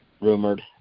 rumored